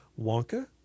Wonka